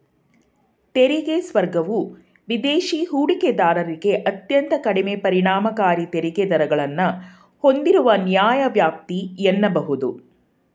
ತೆರಿಗೆ ಸ್ವರ್ಗವು ವಿದೇಶಿ ಹೂಡಿಕೆದಾರರಿಗೆ ಅತ್ಯಂತ ಕಡಿಮೆ ಪರಿಣಾಮಕಾರಿ ತೆರಿಗೆ ದರಗಳನ್ನ ಹೂಂದಿರುವ ನ್ಯಾಯವ್ಯಾಪ್ತಿ ಎನ್ನಬಹುದು